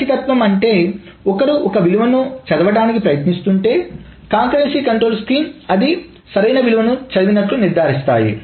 ఖచ్చితత్వం అంటే ఒకరు ఒక విలువను చదవడానికి ప్రయత్నిస్తుంటే కంకరెన్సీ కంట్రోల్ స్కీమ్స్ అది సరైన విలువను చదివినట్లు నిర్ధారిస్తాయి